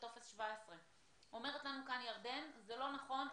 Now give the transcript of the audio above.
טופס 17. אומרת לנו ירדן שזה לא נכון,